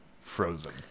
Frozen